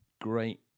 great